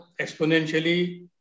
exponentially